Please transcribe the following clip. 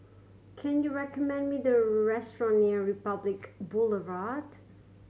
can you recommend me the restaurant near Republic Boulevard